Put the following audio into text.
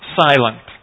silent